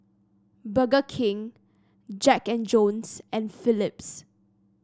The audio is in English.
Burger King Jack And Jones and Phillips